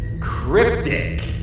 Cryptic